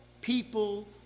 people